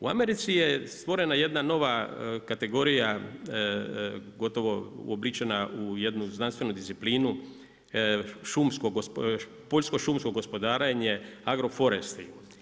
U Americi je stvorena jedna nova kategorija gotovo uobličena u jednu znanstvenu disciplinu poljsko šumsko gospodarenje agroforesty.